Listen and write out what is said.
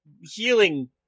healing